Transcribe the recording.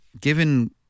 given